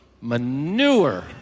manure